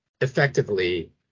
effectively